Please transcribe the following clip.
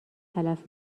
تلف